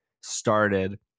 started